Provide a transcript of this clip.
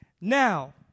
Now